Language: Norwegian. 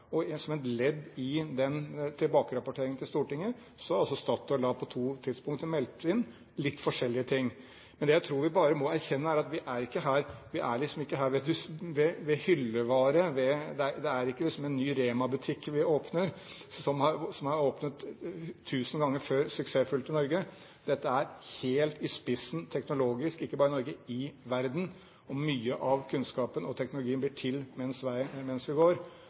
Som et ledd i denne tilbakerapporteringen til Stortinget har Statoil på to tidspunkter meldt inn litt forskjellige ting. Men det jeg tror vi bare må erkjenne, er at dette liksom ikke er hyllevare – det er ikke som når Rema åpner en ny butikk, som Rema har gjort tusen ganger før suksessfullt i Norge. Dette er helt i spissen teknologisk – ikke bare i Norge, men i verden – og mye av kunnskapen og teknologien blir til mens vi går.